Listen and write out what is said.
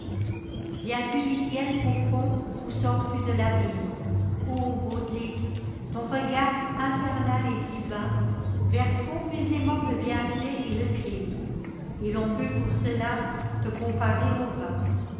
viens-tu du ciel profond ou sors-tu de tabîme beauté ton regard infernal et divin verse confusément le bienfait et le crime et ton peut pour cela te comparer au vin